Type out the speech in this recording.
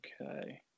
Okay